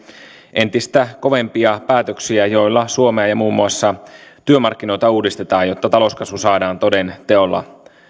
entistä kovempia päätöksiä joilla suomea ja muun muassa työmarkkinoita uudistetaan jotta talouskasvu saadaan toden teolla